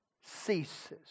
ceases